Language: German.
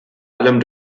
allem